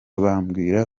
bambwira